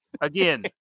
Again